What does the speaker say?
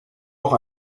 auch